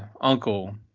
uncle